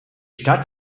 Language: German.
stadt